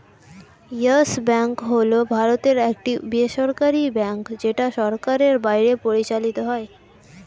yes Bank হল ভারতের একটি বেসরকারী ব্যাঙ্ক যেটা সরকারের বাইরে পরিচালিত হয়